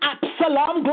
Absalom